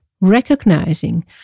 Recognizing